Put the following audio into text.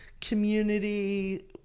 community